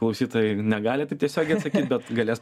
klausytojai negalite tiesiogiai atsakyt bet galės